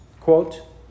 quote